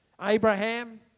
Abraham